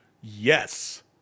yes